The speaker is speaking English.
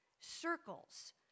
circles